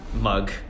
Mug